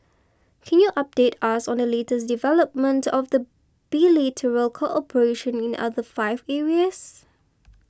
can you update us on the latest development of the bilateral cooperation in other five areas